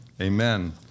Amen